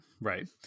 right